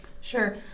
Sure